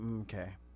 okay